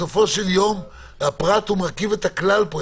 בסופו של יום הפרט מרכיב את הכלל פה,